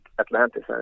Atlantis